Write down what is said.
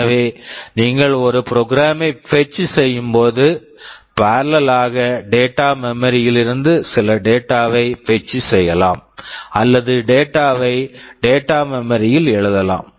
எனவே நீங்கள் ஒரு ப்ரோக்ராம் program ஐ பெட்ச் fetch செய்யும் போது பாரலல் parallel ஆக டேட்டா data மெமரி memory ல் இருந்து சில டேட்டா data வைப் பெட்ச் fetch செய்யலாம் அல்லது டேட்டா data -வை டேட்டா data மெமரி memory ல் எழுதலாம்